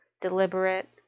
deliberate